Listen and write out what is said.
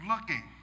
looking